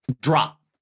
drop